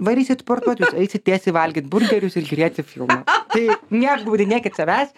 varysit sportuot jūs eisit tiesiai valgyt burgerius ir žiūrėti filmą tai neapgaudinėkit savęs